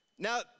Now